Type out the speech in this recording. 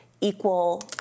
equal